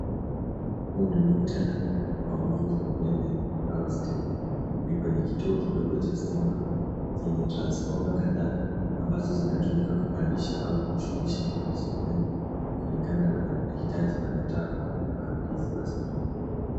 Huu ni muktadha wa nguvu za umeme au stima. Ni kwenye kituo kidogo cha stima chenye transfoma kadhaa ambazo zinatumika kupandisha au kushukisha nguvu za umeme kulingana na maitaji na matakwa ya waandizi wa stima.